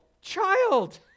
child